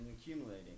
accumulating